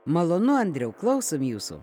malonu andriau klausom jūsų